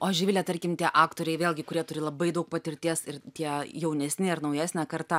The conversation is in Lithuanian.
o živile tarkim tie aktoriai vėlgi kurie turi labai daug patirties ir tie jaunesni ar naujesnė karta